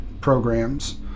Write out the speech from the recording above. programs